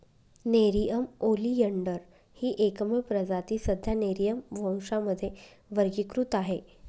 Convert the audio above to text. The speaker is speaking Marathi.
नेरिअम ओलियंडर ही एकमेव प्रजाती सध्या नेरिअम वंशामध्ये वर्गीकृत आहे